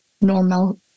normal